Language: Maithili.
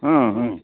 हँ हूँ